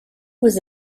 was